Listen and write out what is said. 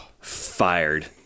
fired